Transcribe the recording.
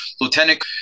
Lieutenant